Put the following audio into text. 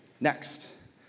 Next